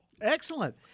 Excellent